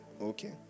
Okay